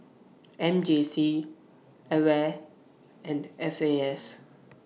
M J C AWARE and F A S